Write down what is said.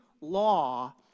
law